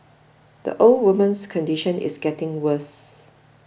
the old woman's condition is getting worse